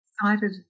excited